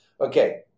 Okay